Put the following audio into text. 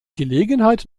gelegenheit